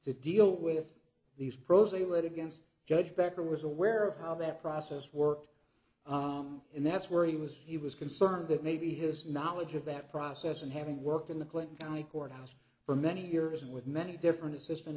to deal with these pros a lead against judge becker was aware of how that process worked and that's where he was he was concerned that maybe his knowledge of that process and having worked in the clinton county courthouse for many years with many different